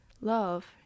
love